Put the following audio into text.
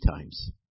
times